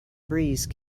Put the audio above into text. breeze